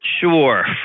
Sure